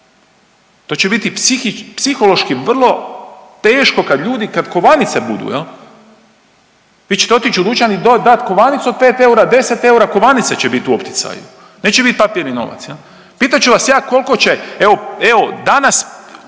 To će biti psihološki vrlo teško kad ljudi kad kovanice budu, vi ćete otići u dućan i dat kovanicu od pet eura, 10 eura kovanice će bit u opticaju, neće biti papirni novac. Pitat ću vas ja koliko će evo danas